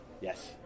Yes